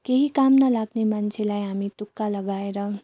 केही काम नलाग्ने मान्छेलाई हामी तुक्का लगाएर